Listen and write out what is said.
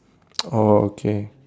oh okay